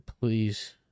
please